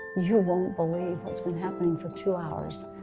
you won't believe what's been happening for two hours.